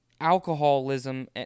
alcoholism